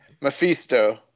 Mephisto